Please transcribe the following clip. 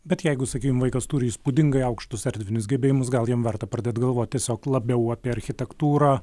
bet jeigu sakykim vaikas turi įspūdingai aukštus erdvinius gebėjimus gal jam verta pradėt galvot tiesiog labiau apie architektūrą